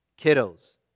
Kiddos